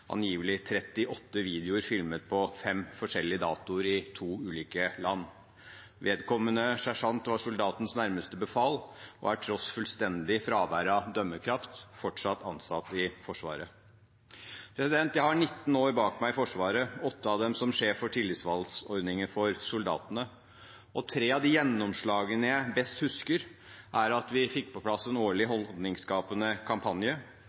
angivelig 38 videoer filmet på fem forskjellige datoer i to ulike land. Vedkommende sersjant var soldatens nærmest befal og er til tross for fullstendig fravær av dømmekraft, fortsatt ansatt i Forsvaret. Jeg har 19 år bak meg i Forsvaret, åtte av dem som sjef for tillitsvalgtordningen for soldatene. Tre av de gjennomslagene jeg best husker, er at vi fikk på plass en årlig holdningsskapende kampanje,